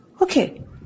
Okay